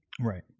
right